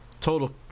total